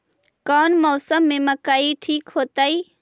कौन मौसम में मकई ठिक होतइ?